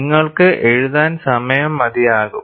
നിങ്ങൾക്ക് എഴുതാൻ സമയം മതി ആകും